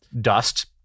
dust